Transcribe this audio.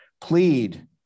Plead